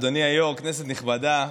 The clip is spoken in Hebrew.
אדוני היו"ר, כנסת נכבדה,